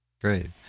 Great